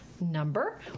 Number